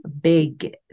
big